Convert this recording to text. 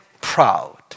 proud